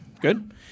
Good